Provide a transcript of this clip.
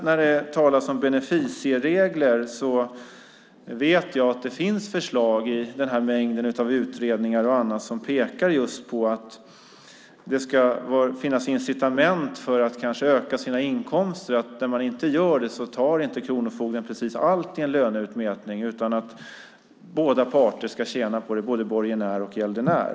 När det talas om beneficieregeln vet jag att det finns förslag i denna mängd av utredningar och annat som pekar just på att det ska finnas incitament för att kanske öka sina inkomster. När man inte gör det tar kronofogden inte precis allt i en löneutmätning. Båda parter ska tjäna på detta, både borgenär och gäldenär.